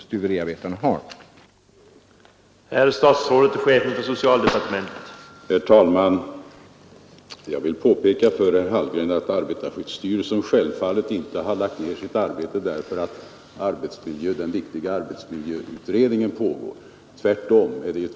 sta olägenheter som